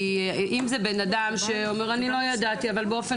אם זה בן אדם שאומר שהוא לא ידע אבל באופן